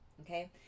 Okay